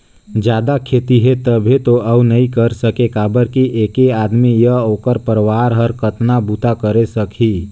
जादा खेती हे तभे तो अउ नइ कर सके काबर कि ऐके आदमी य ओखर परवार हर कतना बूता करे सकही